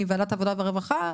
מוועדת העבודה והרווחה,